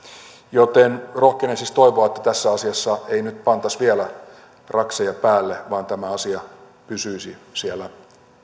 joten rohkenen siis toivoa että tässä asiassa ei nyt pantaisi vielä rakseja päälle vaan tämä asia pysyisi siellä